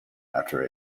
after